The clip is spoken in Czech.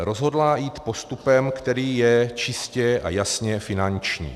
Rozhodla jít postupem, který je čistě a jasně finanční.